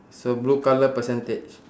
so blue colour percentage